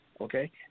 Okay